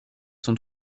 sont